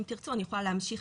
אם תרצו אני יכולה להמשיך